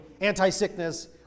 anti-sickness